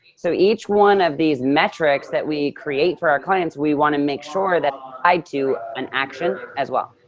so each one of these metrics that we create for our clients, we wanna make sure that i do an action as well.